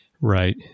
Right